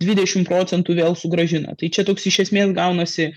dvidešimt procentų vėl sugrąžina tai čia toks iš esmės gaunasi